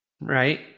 right